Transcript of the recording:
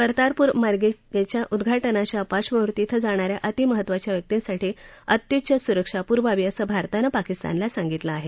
कर्तारपूर मार्गिकेच्या उद्घाटनाच्या पार्श्वभूमीवर तिथं जाणा या अतिमहत्त्वाच्या व्यक्तींसाठी अत्युच्च सुरक्षा पुरवावी असं भारतानं पाकिस्तानला सांगितलं आहे